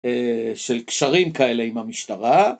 של קשרים כאלה עם המשטרה